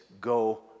go